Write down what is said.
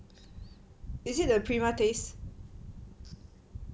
is it the Prima Taste